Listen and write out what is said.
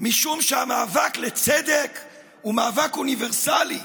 משום שהמאבק לצדק הוא מאבק אוניברסלי.